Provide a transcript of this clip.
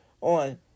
on